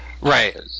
Right